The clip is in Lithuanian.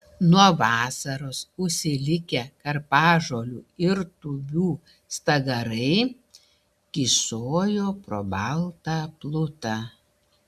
nuo vasaros užsilikę karpažolių ir tūbių stagarai kyšojo pro baltą plutą